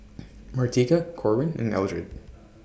Martika Corwin and Eldred